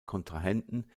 kontrahenten